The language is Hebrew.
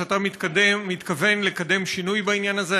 שאתה מתכוון לקדם שינוי בעניין הזה,